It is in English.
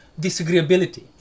disagreeability